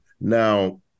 Now